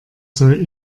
soll